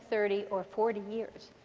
thirty, or forty years.